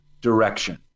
direction